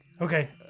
Okay